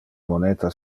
moneta